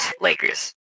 Lakers